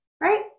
Right